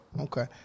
Okay